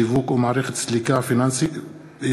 שיווק ומערכת סליקה פנסיוניים)